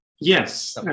Yes